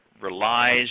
relies